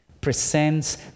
presents